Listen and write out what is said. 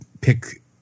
pick